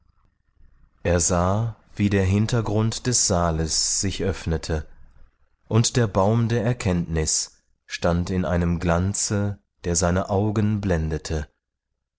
er sah wie der hintergrund des saales sich öffnete und der baum der erkenntnis stand in einem glanze der seine augen blendete